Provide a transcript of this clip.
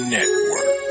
Network